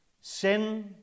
Sin